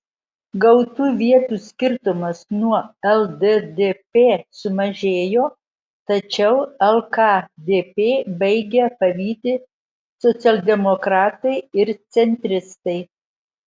gautų vietų skirtumas nuo lddp sumažėjo tačiau lkdp baigia pavyti socialdemokratai ir centristai